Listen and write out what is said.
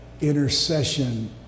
intercession